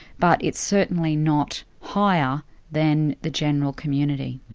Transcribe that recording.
but it's certainly not higher than the general community.